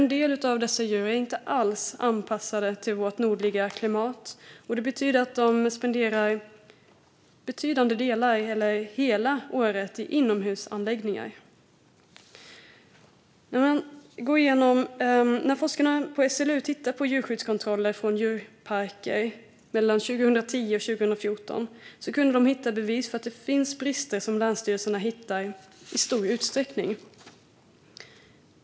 En del av dessa djur är inte alls anpassade till vårt nordliga klimat, och det betyder att de spenderar betydande delar av året eller hela året i inomhusanläggningar. När forskarna på SLU tittade på djurskyddskontroller från djurparker mellan 2010 och 2014 kunde de hitta bevis för att det finns brister som länsstyrelserna hittar i stor utsträckning.